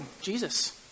Jesus